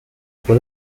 fue